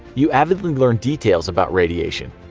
you avidly learn details about radiation.